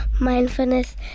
mindfulness